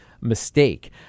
mistake